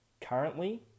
currently